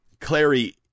Clary